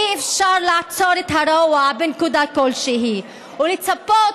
אי-אפשר לעצור את הרוע בנקודה כלשהי ולצפות